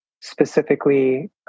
specifically